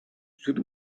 should